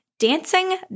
dancing